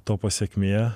to pasekmė